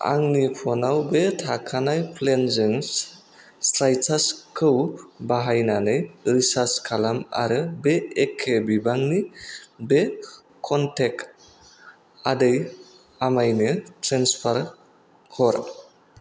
आंनि फ'नाव बे थाखानाय प्लेनजों साइट्रासखौ बाहायनानै रिसार्ज खालाम आरो बे एखे बिबांनि बे क'नटेक्ट आदै आमाइनो ट्रेन्सफार हर